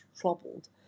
troubled